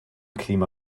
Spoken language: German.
klima